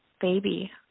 baby